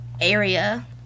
area